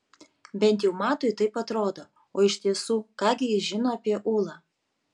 bent jau matui taip atrodo o iš tiesų ką gi jis žino apie ūlą